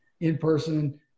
in-person